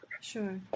Sure